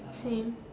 same